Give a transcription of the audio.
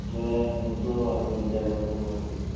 दे दोन वरां पयलीं देड वरां दोन वरां पयलीं